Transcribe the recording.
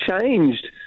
changed